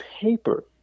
paper